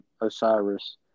Osiris